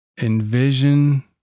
envision